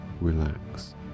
relax